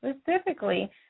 specifically